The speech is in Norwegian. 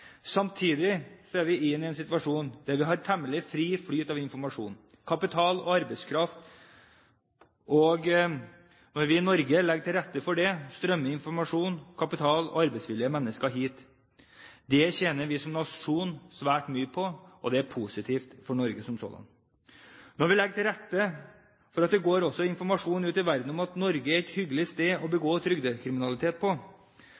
Samtidig er vi i en situasjon der vi har temmelig fri flyt av informasjon, kapital og arbeidskraft. Når vi i Norge legger til rette for det, strømmer informasjon, kapital og arbeidsvillige mennesker hit. Det tjener vi som nasjon svært mye på, og det er positivt for Norge som sådan. Når vi legger til rette for at det også går informasjon ut i verden om at Norge er et hyggelig sted å